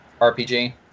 RPG